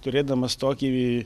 turėdamas tokį